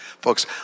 Folks